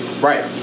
Right